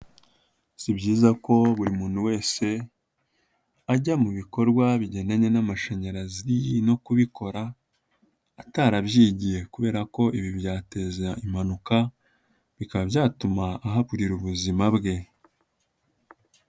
Si byiza ko buri muntu wese ajya mu bikorwa bigendanye n'amashanyarazi no kubikora atarabyigiye kubera ko ibi byateza impanuka, bikaba byatuma ahaburira ubuzima bwe.